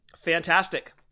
Fantastic